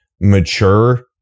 mature